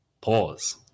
pause